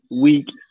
week